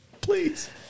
Please